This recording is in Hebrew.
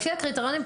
לפי הקריטריונים,